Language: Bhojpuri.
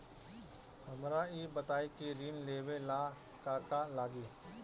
हमरा ई बताई की ऋण लेवे ला का का लागी?